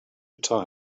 tire